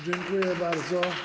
Dziękuję bardzo.